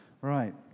Right